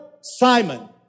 Simon